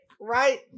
right